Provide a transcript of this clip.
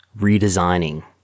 redesigning